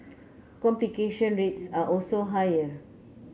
complication rates are also higher